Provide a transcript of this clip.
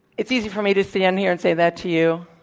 it's easy for me to stand here and say that to you,